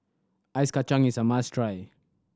Ice Kachang is a must try